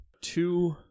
two